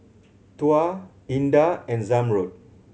Tuah Indah and Zamrud